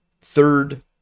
third